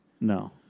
No